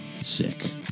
sick